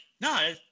no